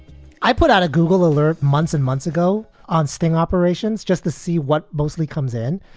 i put out a google alert months and months ago on sting operations just to see what mostly comes in.